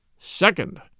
Second